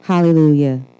Hallelujah